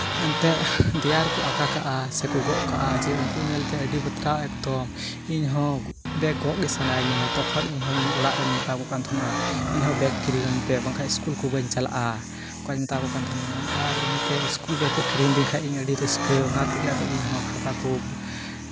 ᱮᱱᱛᱮᱜ ᱫᱮᱭᱟ ᱨᱮᱠᱚ ᱟᱸᱠᱟ ᱠᱟᱜᱼᱟ ᱥᱮᱠᱚ ᱜᱚᱜ ᱠᱟᱜᱼᱟ ᱡᱮ ᱩᱱᱠᱩ ᱧᱮᱞᱛᱮ ᱟᱹᱰᱤ ᱵᱟᱛᱨᱟᱣ ᱮᱠᱛᱚ ᱤᱧ ᱦᱚᱸ ᱵᱮᱜᱽ ᱜᱚᱜ ᱜᱮ ᱥᱟᱱᱟᱭᱤᱧᱟᱹ ᱛᱚᱠᱷᱚᱱ ᱤᱧ ᱦᱚᱸ ᱚᱲᱟᱜ ᱨᱤᱧ ᱢᱮᱛᱟ ᱠᱚ ᱠᱟᱱ ᱛᱟᱦᱮᱱᱟ ᱤᱧᱦᱚᱸ ᱵᱮᱜᱽ ᱠᱤᱨᱤᱧ ᱟᱹᱧ ᱯᱮ ᱵᱟᱝᱠᱷᱟᱱ ᱤᱥᱠᱩᱞ ᱠᱚ ᱵᱟᱹᱧ ᱪᱟᱞᱟᱜᱼᱟ ᱚᱱᱠᱟᱧ ᱢᱮᱛᱟ ᱠᱚ ᱠᱟᱱ ᱛᱟᱦᱮᱱᱟ ᱟᱨ ᱤᱱᱟᱹᱛᱮ ᱤᱥᱠᱩᱞ ᱵᱮᱜᱽ ᱠᱚ ᱠᱤᱨᱤᱧ ᱟᱹᱫᱤᱧ ᱠᱷᱟᱱ ᱤᱧ ᱟᱹᱰᱤ ᱨᱟᱹᱥᱠᱟᱹ ᱟᱫᱚ ᱚᱱᱟ ᱛᱮᱜᱮ ᱤᱧᱦᱚᱸ ᱠᱷᱟᱛᱟ ᱠᱚ